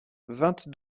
vingt